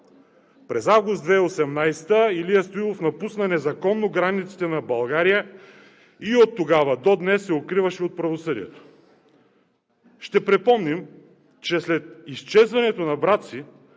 През август 2018 г. Илия Стоилов напусна незаконно границите на България и оттогава до днес се укриваше от правосъдието. Ще припомним, че след изчезването на брат